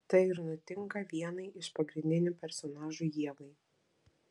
tai ir nutinka vienai iš pagrindinių personažų ievai